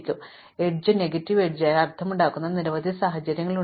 അതിനാൽ edge negative edge എന്നിവയിൽ അർത്ഥമുണ്ടാക്കുന്ന നിരവധി സാഹചര്യങ്ങളുണ്ട്